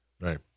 Right